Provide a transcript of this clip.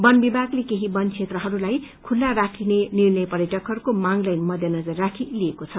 वन विभागले केही वन क्षेत्रहरूलाई खुत्ता राखिने निर्णय पर्यटकहरूको माग्लाई मध्यनजर राखी लिएको छ